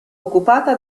occupata